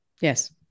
Yes